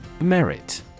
Merit